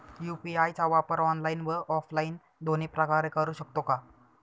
UPI चा वापर online व ऑफलाईन दोन्ही प्रकारे करु शकतो का?